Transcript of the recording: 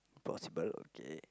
possible okay